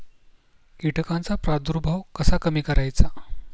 कीटकांचा प्रादुर्भाव कसा कमी करायचा?